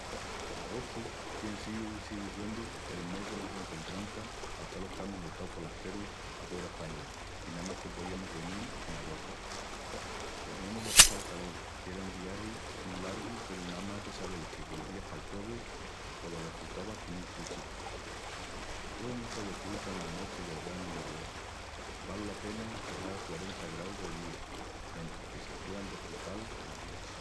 Pos abostu tien síu, i sigui huendu, el mes delas rencontranças pa tolos qu'amus estau folasterus ahuera d'España i namás que poiamus venil en abostu. Veniamus a passal calol i era un viagi mu largu peru namás de sabel que golvías pal puebru pos lo desfrutavas comu un críu chicu. Cómu se desfrutan las nochis del branu en abostu, val la pena que haga quarenta graus de día mentris que se puean desfrutal las nochis.